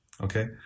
okay